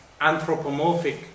anthropomorphic